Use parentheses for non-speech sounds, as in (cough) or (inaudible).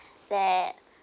(breath) that (breath)